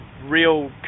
Real